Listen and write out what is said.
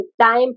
time